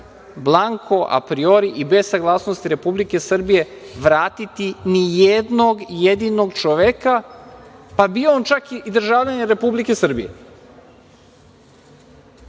blanko apriori i bez saglasnosti Republike Srbije vratiti nijednog jedinog čoveka, pa bio on čak i državljanin Republike Srbije. Što